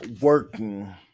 working